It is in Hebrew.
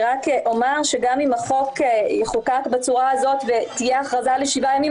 גם אם החוק יחוקק בצורה הזאת כך שתהיה הכרזה לשבעה ימים,